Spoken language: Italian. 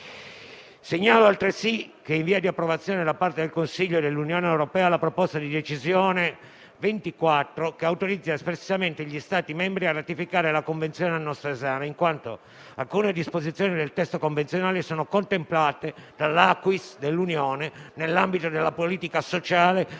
Segnalo, altresì, che è in via di approvazione, da parte del Consiglio dell'Unione europea, la proposta di decisione COM(2020)24, che autorizza espressamente gli Stati membri a ratificare la Convenzione al nostro esame, in quanto alcune disposizioni del testo convenzionale sono contemplate dall'*acquis* dell'Unione nell'ambito della politica sociale e nel